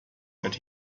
that